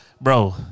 Bro